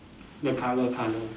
the colour colour